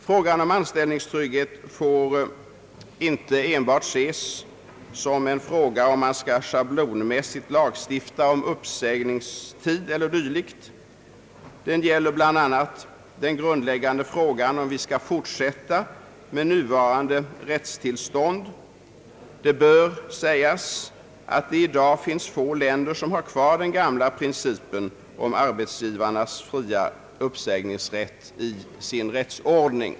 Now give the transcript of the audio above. Frågan får inte enbart ses som ett spörsmål om man schablonmässigt skall lagstifta om uppsägningstid eller dylikt. I första hand gäller det den grundläggande frågan om vi skall fortsätta med nuvarande rättstillstånd. Det bör sägas att det i dag finns få länder som har kvar den gamla principen om arbetsgivarnas fria uppsägningsrätt i sin rättsordning.